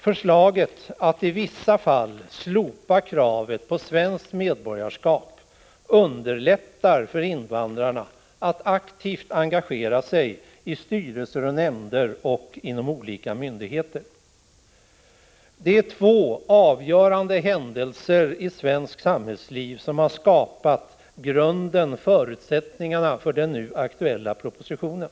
Förslaget att i vissa fall slopa kravet på svenskt medborgarskap underlättar för invandrarna att aktivt engagera sig i styrelser och nämnder och inom olika myndigheter. Två avgörande händelser i svenskt samhällsliv har skapat förutsättningarna för den nu aktuella propositionen.